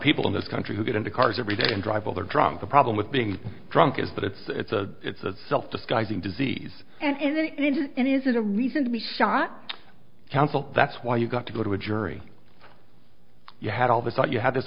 people in this country who get into cars every day and drive other drunk the problem with being drunk is that it's it's a it's a self disguising disease and then it is and is a reason to be shot counsel that's why you got to go to a jury you had all the talk you had this